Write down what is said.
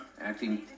acting